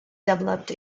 developed